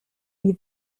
die